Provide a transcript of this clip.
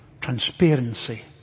transparency